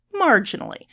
marginally